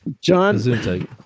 John